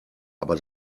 aber